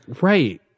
right